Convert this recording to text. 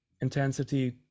intensity